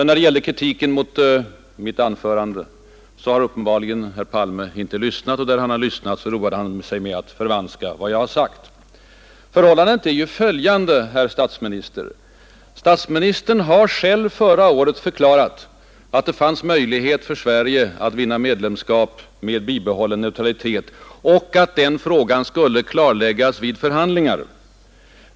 När det gällde kritiken mot mitt anförande har uppenbarligen herr Palme inte lyssnat — och där han lyssnat har han roat sig med att förvanska vad jag har sagt. Förhållandet är ju följande, herr statsminister. Statsministern har själv tidigare hävdat att det fanns möjlighet för Sverige att vinna medlemskap med bibehållen neutralitet och att den frågan skulle klarläggas vid förhandlingar.